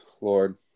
Lord